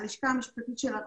הלשכה המשפטית של הרשות,